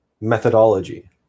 methodology